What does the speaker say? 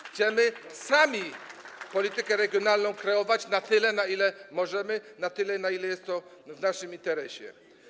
Chcemy sami politykę regionalną kreować na tyle, na ile możemy, na tyle, na ile jest to w naszym interesie.